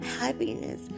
happiness